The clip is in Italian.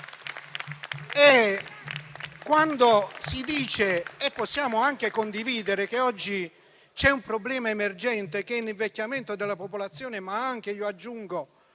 Possiamo anche condividere che oggi c'è un problema emergente, che è l'invecchiamento della popolazione, ma aggiungo